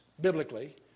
biblically